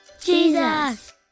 Jesus